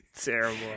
terrible